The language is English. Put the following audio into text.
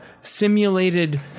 simulated